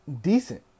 decent